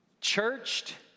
Churched